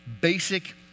basic